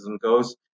goes